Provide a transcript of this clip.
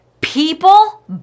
People